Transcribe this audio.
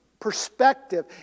perspective